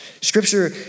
Scripture